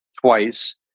twice